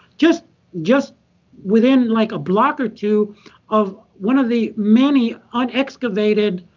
just just within like a block or two of one of the many unexcavated